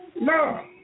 No